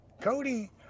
Cody